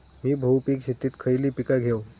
मी बहुपिक शेतीत खयली पीका घेव?